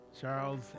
Charles